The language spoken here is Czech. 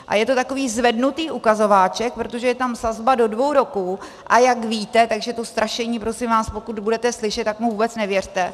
A je to takový zvednutý ukazováček, protože je tam sazba do dvou roků, a jak víte, tak to strašení, prosím vás, pokud budete slyšet, tak mu vůbec nevěřte.